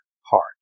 heart